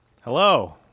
hello